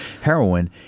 heroin